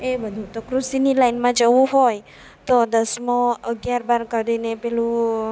એ બધું તો કૃષિની લાઈનમાં જવું હોય તો દસમું અગિયાર બાર કરીને પેલું